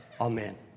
amen